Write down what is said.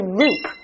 loop